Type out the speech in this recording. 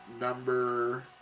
Number